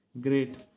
Great